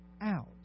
out